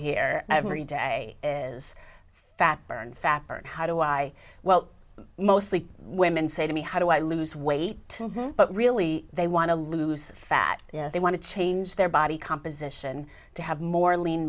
hear every day is fat burn fat burn how do i well mostly women say to me how do i lose weight but really they want to lose fat if they want to change their body composition to have more lean